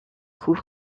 coup